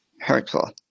hurtful